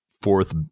fourth